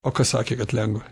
o kas sakė kad lengva